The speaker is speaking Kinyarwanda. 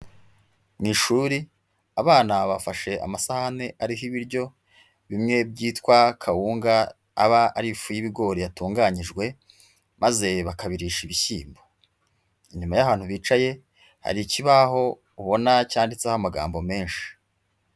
Mu ishuri, abana bafashe amasahane ariho ibiryo, bimwe byitwa kawunga, aba ari ifu y'ibigori yatunganyijwe, maze bakabirisha ibishyimbo. Inyuma y'ahantu bicaye, hari ikibaho ubona cyanditseho amagambo menshi.